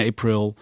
April